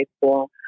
school